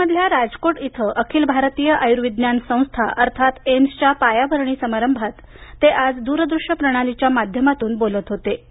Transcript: गुजरातमधल्या राजकोट इथ अखिल भारतीय आयुर्विज्ञान संस्था अर्थात एम्सच्या पायाभरणी समारंभात ते आज दूरदृश्य प्रणालीच्या माध्यमातून बोलत होते